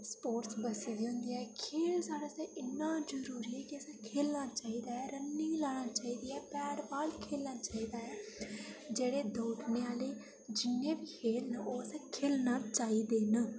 sports बस्सी दी होंदी ऐ खेल साढ़े आस्तै इ'न्ना जरूरी ऐ की खेलना औना चाहिदा रनिंग लाना चाहिदी ऐ बैट बॉल खेलना चाहिदा ऐ जेह्ड़े दौड़ने आह्ले जि'न्ने बी खेल न ओह् असें खेलने चाहिदे न